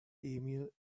emil